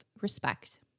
respect